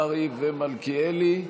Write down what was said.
קרעי ומלכיאלי.